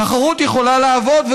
תחרות יכולה לעבוד,